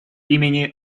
имени